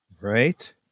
Right